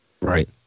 Right